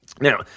Now